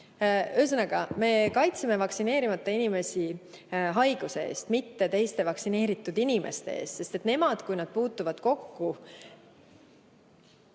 Ühesõnaga, me kaitseme vaktsineerimata inimesi haiguse eest, mitte teiste, vaktsineeritud inimeste eest, sest vaktsineerimata inimesed, kui nad puutuvad kokku